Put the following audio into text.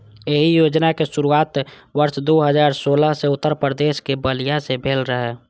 एहि योजनाक शुरुआत वर्ष दू हजार सोलह मे उत्तर प्रदेशक बलिया सं भेल रहै